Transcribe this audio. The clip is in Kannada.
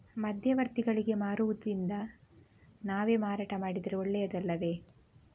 ಮಧ್ಯವರ್ತಿಗಳಿಗೆ ಮಾರುವುದಿಂದ ನಾವೇ ಮಾರಾಟ ಮಾಡಿದರೆ ಒಳ್ಳೆಯದು ಅಲ್ಲವೇ?